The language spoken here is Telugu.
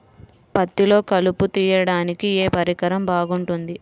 పత్తిలో కలుపు తీయడానికి ఏ పరికరం బాగుంటుంది?